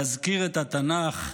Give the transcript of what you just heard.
להזכיר את התנ"ך,